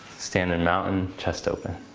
stand in mountain, chest open.